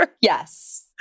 Yes